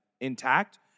intact